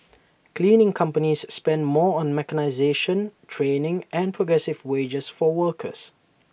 cleaning companies spend more on mechanisation training and progressive wages for workers